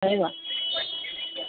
পাৰিবা